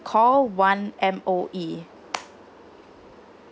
call one M_O_E